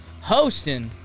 hosting